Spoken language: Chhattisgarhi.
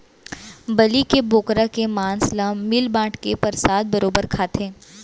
बलि के बोकरा के मांस ल मिल बांट के परसाद बरोबर खाथें